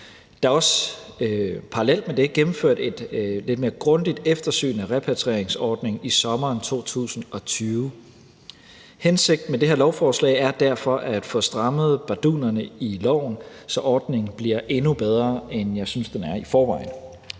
Der er også parallelt med det gennemført et lidt mere grundigt eftersyn af repatrieringsordningen i sommeren 2020. Hensigten med det her lovforslag er derfor at få strammet bardunerne i loven, så ordningen bliver endnu bedre, end jeg synes den er i forvejen.